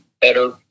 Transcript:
better